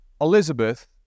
Elizabeth